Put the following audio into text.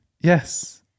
Yes